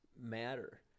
matter